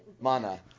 Mana